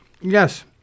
Yes